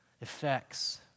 effects